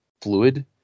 fluid